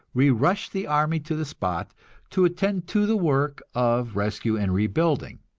we rush the army to the spot to attend to the work of rescue and rebuilding.